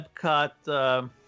Epcot